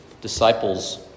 disciples